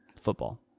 football